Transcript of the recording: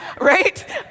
right